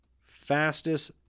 fastest